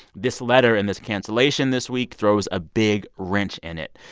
this letter and this cancellation this week throws a big wrench in it.